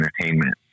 entertainment